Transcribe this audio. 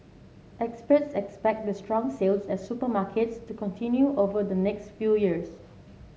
experts expect the strong sales at supermarkets to continue over the next few years